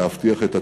להבטיח את עתידה,